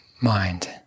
mind